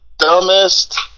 dumbest